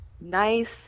nice